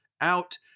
out